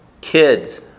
Kids